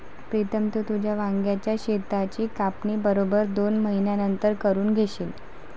प्रीतम, तू तुझ्या वांग्याच शेताची कापणी बरोबर दोन महिन्यांनंतर करून घेशील